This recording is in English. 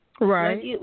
Right